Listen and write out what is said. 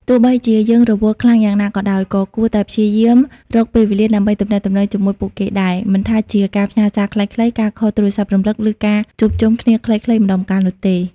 ទោះបីជាយើងរវល់ខ្លាំងយ៉ាងណាក៏ដោយ ក៏គួរតែព្យាយាមរកពេលវេលាដើម្បីទំនាក់ទំនងជាមួយពួកគេដែរ មិនថាជាការផ្ញើសារខ្លីៗ ការខលទូរស័ព្ទរំលឹក ឬការជួបជុំគ្នាខ្លីៗម្តងម្កាលនោះទេ។